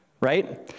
right